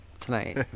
tonight